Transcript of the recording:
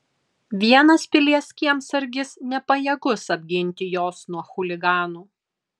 vienas pilies kiemsargis nepajėgus apginti jos nuo chuliganų